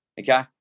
okay